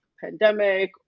pandemic